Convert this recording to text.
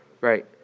right